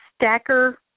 Stacker